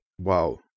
wow